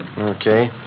Okay